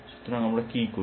সুতরাং আমরা কি করি